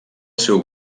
seu